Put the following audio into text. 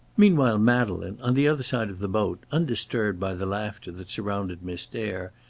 meanwhile madeleine, on the other side of the boat, undisturbed by the laughter that surrounded miss dare,